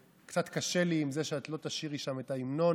קצת קשה לי עם זה שאת לא תשירי שם את ההמנון.